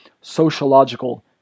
sociological